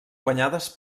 guanyades